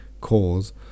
cause